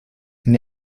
eine